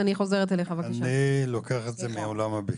אני לוקח את זה מעולם הביקורת.